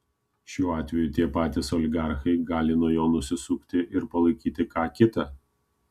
šiuo atveju tie patys oligarchai gali nuo jo nusisukti ir palaikyti ką kitą